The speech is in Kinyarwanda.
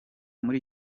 muri